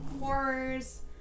Horrors